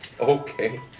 okay